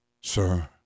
sir